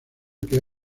que